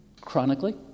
Chronically